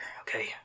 okay